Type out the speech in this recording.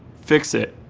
fix it.